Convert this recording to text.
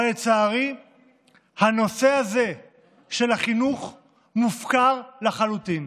אבל לצערי הנושא הזה של החינוך מופקר לחלוטין.